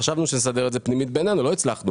חשבנו שנסדר את זה פנימית בינינו אבל לא הצלחנו